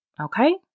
Okay